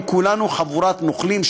אם כולנו חבורת נוכלים,